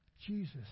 Jesus